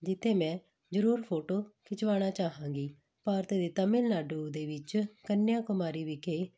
ਜਿੱਥੇ ਮੈਂ ਜ਼ਰੂਰ ਫੋਟੋ ਖਿਚਵਾਉਣਾ ਚਾਹਾਂਗੀ ਭਾਰਤ ਦੇ ਤਾਮਿਲਨਾਡੂ ਦੇ ਵਿੱਚ ਕੰਨਿਆ ਕੁਮਾਰੀ ਵਿਖੇ